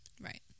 Right